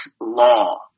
law